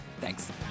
Thanks